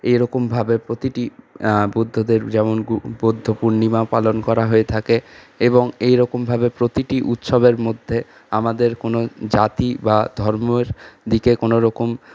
এরকমভাবে প্রতিটি বুদ্ধদের যেমন বুদ্ধপূর্ণিমা পালন করা হয়ে থাকে এবং এইরকমভাবে প্রতিটি উৎসবের মধ্যে আমাদের কোনো জাতি বা ধর্মের দিকে কোনোরকম